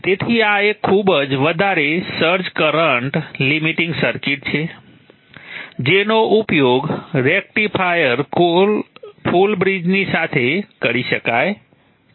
તેથી આ એક ખૂબ જ વધારે સર્જ કરંટ લિમિટિંગ સર્કિટ છે જેનો ઉપયોગ રેક્ટિફાયર ફુલ બ્રિજની સાથે કરી શકાય છે